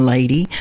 Lady